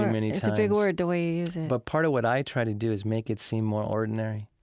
many times it's a big word, the way you use it but part of what i try to do is make it seem more ordinary.